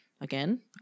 Again